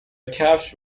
کفش